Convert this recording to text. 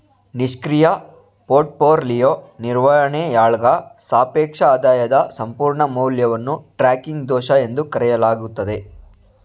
ನಿಷ್ಕ್ರಿಯ ಪೋರ್ಟ್ಫೋಲಿಯೋ ನಿರ್ವಹಣೆಯಾಳ್ಗ ಸಾಪೇಕ್ಷ ಆದಾಯದ ಸಂಪೂರ್ಣ ಮೌಲ್ಯವನ್ನು ಟ್ರ್ಯಾಕಿಂಗ್ ದೋಷ ಎಂದು ಕರೆಯಲಾಗುತ್ತೆ